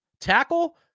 tackle